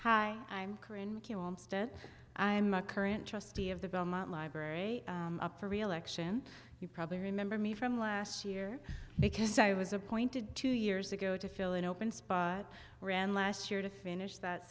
hi i'm a current trustee of the belmont library up for reelection you probably remember me from last year because i was appointed two years ago to fill an open last year to finish that